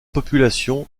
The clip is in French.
population